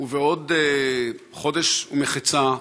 ובעוד חודש ומחצה,